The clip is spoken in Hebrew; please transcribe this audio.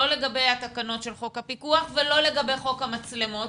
לא לגבי התקנות של חוק הפיקוח ולא לגבי חוק המצלמות.